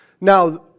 Now